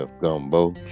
Gumbo